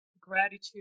gratitude